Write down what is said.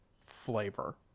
flavor